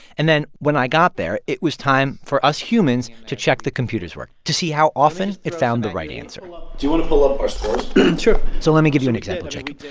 and then when i got there, it was time for us humans to check the computer's work to see how often it found the right answer do you want to pull up our so let me give you an example, jacob.